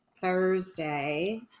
Thursday